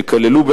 שכללו,